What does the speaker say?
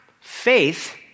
faith